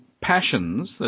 passions